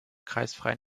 kreisfreien